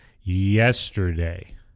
yesterday